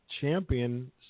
champion